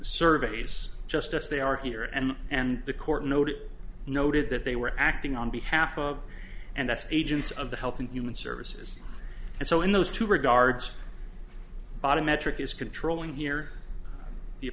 surveys just as they are here and and the court noted noted that they were acting on behalf of and that's agents of the health and human services and so in those two regards bottom metric is controlling here